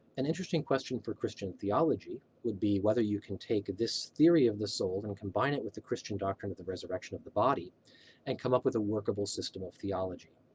an interesting question for christian theology would be whether you can take this theory of the soul and combine it with the christian doctrine of the resurrection of the body and come up with a workable system of theology.